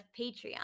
Patreon